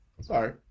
Sorry